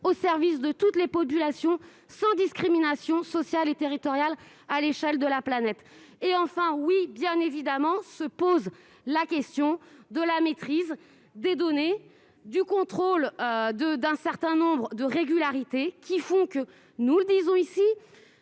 au service de toutes les populations, sans discrimination sociale ou territoriale, à l'échelle de la planète. Enfin, bien évidemment, se pose la question de la maîtrise des données et du contrôle d'un certain nombre de règles de droit. Certes, ce ne sont pas